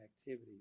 activity